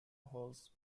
holes